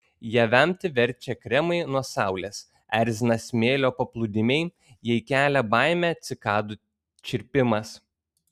ją vemti verčia kremai nuo saulės erzina smėlio paplūdimiai jai kelia baimę cikadų čirpimas